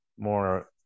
more